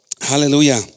Hallelujah